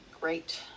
Great